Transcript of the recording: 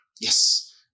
Yes